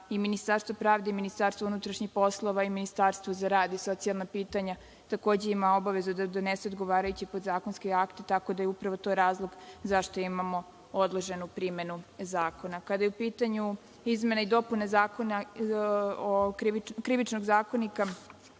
i Ministarstvo pravde i Ministarstvo unutrašnjih poslova i Ministarstvo za rad i socijalna pitanja takođe ima obavezu da donese odgovarajući podzakonski akt, tako da je to upravo razlog zašto imamo odloženu primenu zakona. Kada je u pitanju izmena i dopuna Krivičnog zakonika,